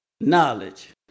knowledge